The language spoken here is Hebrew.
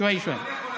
שווייה-שווייה.